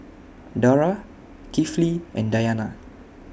Dara Kifli and Dayana